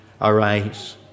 arise